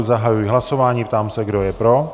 Zahajuji hlasování, ptám se, kdo je pro.